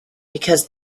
because